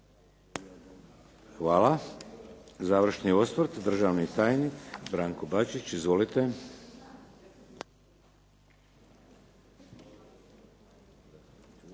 Hvala. Završni osvrt državni tajnik Branko Bačić. Izvolite.